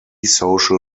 social